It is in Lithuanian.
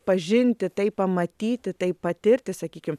pažinti tai pamatyti tai patirti sakykim